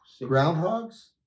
Groundhogs